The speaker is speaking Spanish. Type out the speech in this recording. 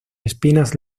espinas